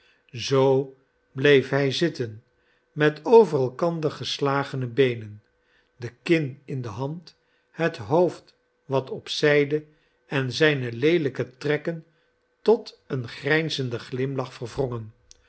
zoo bleef hij zitten met over elkander geslagene beenen de kin in de hand het hoofd wat op zijde en zijne leelijke trekken tot een grijnzenden glimlach verwrongen